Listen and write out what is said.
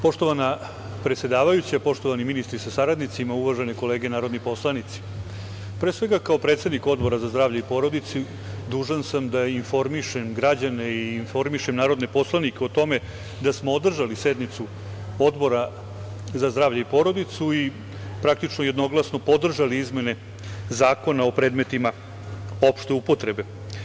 Poštovana predsedavajuća, poštovani ministri sa saradnicima, uvažene kolege narodni poslanici, pre svega kao predsednik Odbora za zdravlje i porodicu dužan sam da informišem građane i informišem narodne poslanike o tome da smo održali sednicu Odbora za zdravlje i porodicu i praktično jednoglasno podržali izmene Zakona o predmetima opšte upotrebe.